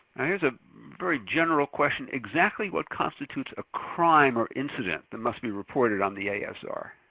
here's a very general question. exactly what constitutes a crime or incident that must be reported on the asr?